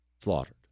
Slaughtered